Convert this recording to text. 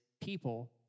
people